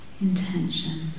intention